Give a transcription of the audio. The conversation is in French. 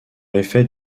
effet